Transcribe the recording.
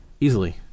easily